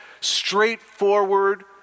straightforward